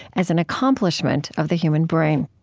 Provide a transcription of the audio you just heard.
as an accomplishment of the human brain